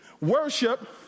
Worship